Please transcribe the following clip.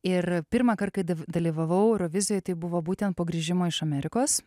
ir pirmą kartą kai dav dalyvavau eurovizijoj tai buvo būtent po grįžimo iš amerikos